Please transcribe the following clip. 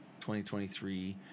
2023